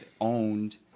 owned